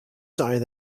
sign